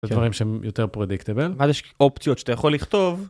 זה דברים שהם יותר predictable. ואז יש אופציות שאתה יכול לכתוב.